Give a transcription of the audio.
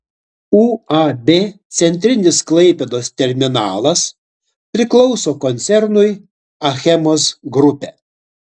uab centrinis klaipėdos terminalas priklauso koncernui achemos grupė